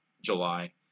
july